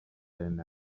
them